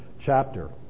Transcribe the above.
chapter